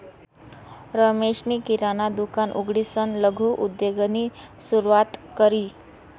रमेशनी किराणा दुकान उघडीसन लघु उद्योगनी सुरुवात करी